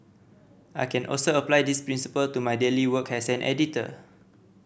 I can also apply this principle to my daily work as an editor